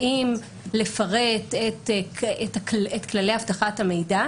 האם לפרט את כללי אבטחת המידע.